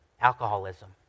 alcoholism